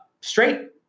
straight